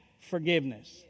forgiveness